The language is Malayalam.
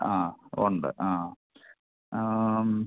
ആ ഉണ്ട് ആ ആ ആ